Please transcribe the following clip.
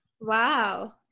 Wow